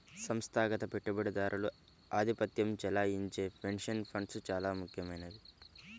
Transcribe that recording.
సంస్థాగత పెట్టుబడిదారులు ఆధిపత్యం చెలాయించే పెన్షన్ ఫండ్స్ చాలా ముఖ్యమైనవి